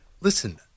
listen